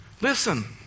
listen